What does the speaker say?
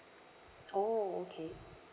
oh okay